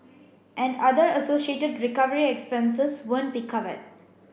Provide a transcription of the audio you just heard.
and other associated recovery expenses won't be covered